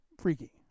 freaky